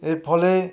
এর ফলে